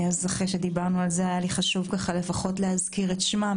היה לי חשוב להזכיר לפחות את שמה,